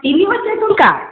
ତିନି ହଜାର ଟଙ୍କା